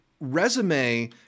resume